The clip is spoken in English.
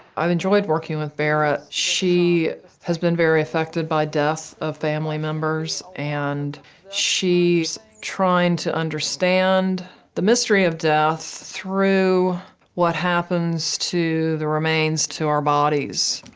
i've enjoyed working with barrett. she has been very affected by death of family members, and she's trying to understand the mystery of death through what happens to the remains to our bodies.